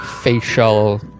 facial